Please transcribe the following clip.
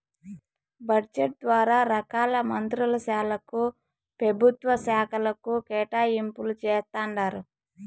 budget ద్వారా రకాల మంత్రుల శాలకు, పెభుత్వ శాకలకు కేటాయింపులు జేస్తండారు